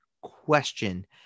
question